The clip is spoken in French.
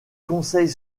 conseil